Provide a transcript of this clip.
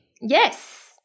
Yes